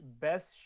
best